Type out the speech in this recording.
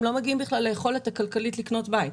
הם לא מגיעים בכלל ליכולת הכלכלית לקנות בית.